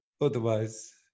otherwise